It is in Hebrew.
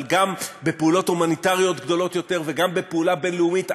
אבל גם בפעולות הומניטריות גדולות יותר וגם בפעולה בין-לאומית,